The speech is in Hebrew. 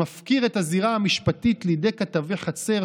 ומפקיר את הזירה המשפטית לידי כתבי חצר,